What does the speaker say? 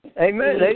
Amen